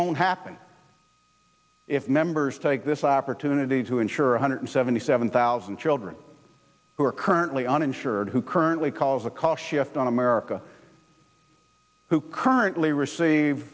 won't happen if members take this opportunity to insure one hundred seventy seven thousand children who are currently uninsured who currently calls a call shift in america who currently receive